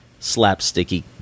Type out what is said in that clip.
slapsticky